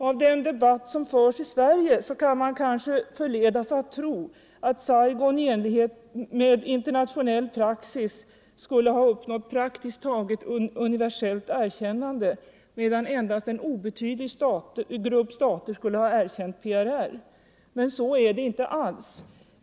Av den debatt som förs i Sverige kan man kanske förledas att tro att Saigon i enlighet med internationell praxis skulle ha uppnått praktiskt taget universellt erkännande, medan endast en obetydlig grupp stater skulle ha erkänt PRR, men så är det inte alls.